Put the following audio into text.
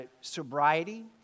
sobriety